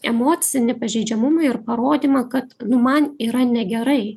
emocinį pažeidžiamumą ir parodymą kad nu man yra negerai